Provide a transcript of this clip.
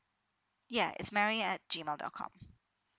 yeah it's mary at G mail dot com